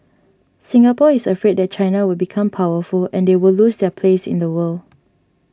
Singapore is afraid that China will become powerful and they will lose their place in the world